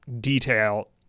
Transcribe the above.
detail